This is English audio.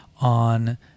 on